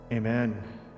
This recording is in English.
Amen